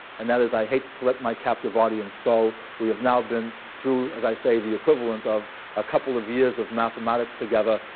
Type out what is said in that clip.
and that is, i hate to let my captive audience go. we have now been through, as i say, the equivalent of a couple of years of mathematics together.